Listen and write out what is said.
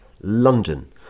London